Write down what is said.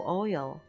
oil